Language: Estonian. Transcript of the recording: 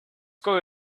koju